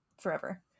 Forever